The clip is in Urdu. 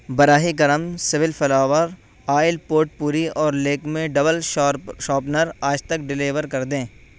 براہ کرم سول فلاور آئل پورٹ پوری اور لیکمے ڈبل شاپنر آج تک ڈیلیور کر دیں